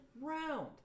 round